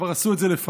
כבר עשו את זה לפניי,